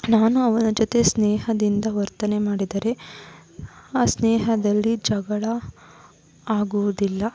ನಾನು ಅವನ ಜೊತೆ ಸ್ನೇಹದಿಂದ ವರ್ತನೆ ಮಾಡಿದರೆ ಆ ಸ್ನೇಹದಲ್ಲಿ ಜಗಳ ಆಗುವುದಿಲ್ಲ